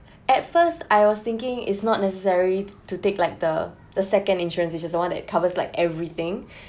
at first I was thinking is not necessary to take like the the second insurance which is the one that covers like everything